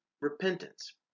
repentance